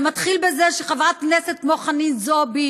זה מתחיל בזה שחברת כנסת כמו חנין זועבי